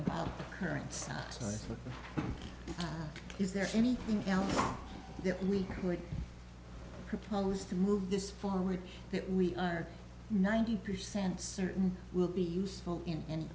the current stuff is there anything else that we would propose to move this forward that we are ninety percent certain will be useful in and